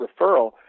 referral